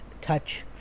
touch